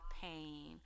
pain